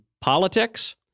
politics